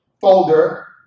folder